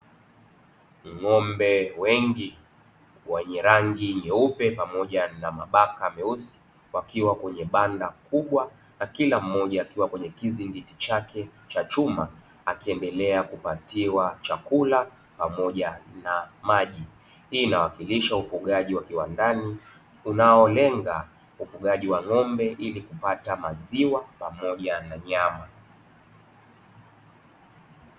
Ng'ombe wengi wenye rangi nyeupe pamoja na mabaka meusi, wakiwa kwenye banda kubwa na kila mmoja akiwa kwenye kizingiti chake cha chuma, akiendelea kupatiwa chakula pamoja na maji. Hii inawakilishwa ufugaji wa viwandani, unaolenga ufugaji wa ng'ombe, ili kupata maziwa pamoja na nyama.